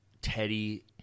Teddy